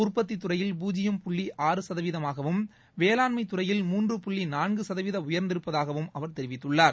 உற்பத்தி துறை பூஜ்யம் புள்ளி ஆறு சதவிகிதமாகவும் வேளாண்மை மூன்று புள்ளி நான்கு சதவிகிதமாக உயர்ந்திருப்பதாகவும் அவர் தெரிவிததுள்ளார்